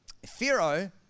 Pharaoh